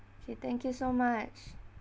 okay thank you so much